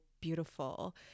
beautiful